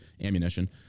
Ammunition